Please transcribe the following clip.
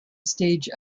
stage